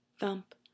Thump